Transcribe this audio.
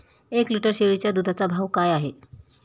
एक लिटर शेळीच्या दुधाचा भाव काय आहे?